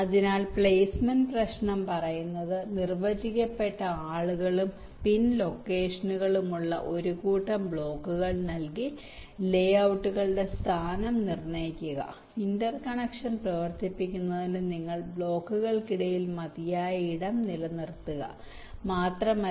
അതിനാൽ പ്ലെയ്സ്മെന്റ് പ്രശ്നം പറയുന്നത് നിർവചിക്കപ്പെട്ട ആകൃതികളും പിൻ ലൊക്കേഷനുകളുമുള്ള ഒരു കൂട്ടം ബ്ലോക്കുകൾ നൽകി ലേ ഔട്ടുകളുടെ സ്ഥാനം നിർണ്ണയിക്കുക ഇന്റർകണക്ഷൻ പ്രവർത്തിപ്പിക്കുന്നതിന് നിങ്ങൾ ബ്ലോക്കുകൾക്കിടയിൽ മതിയായ ഇടം നിലനിർത്തുക മാത്രമല്ല